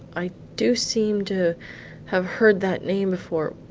i do seem to have heard that name before.